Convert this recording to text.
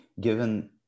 given